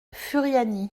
furiani